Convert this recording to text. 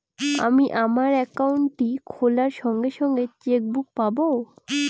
আমি আমার একাউন্টটি খোলার সঙ্গে সঙ্গে চেক বুক পাবো?